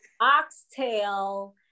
Oxtail